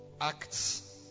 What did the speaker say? Acts